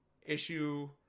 issue